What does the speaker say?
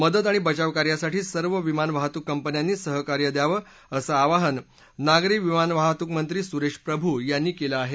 मदत आणि बचाव कार्यासाठी सर्व विमान वाहतूक कंपन्यांनी सहकार्य द्यावं असं आवाहन नागरी विमान वाहतूक मंत्री सुरेश प्रभू यांनी केलं आहे